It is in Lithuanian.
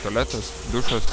tualetas dušas